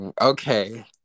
okay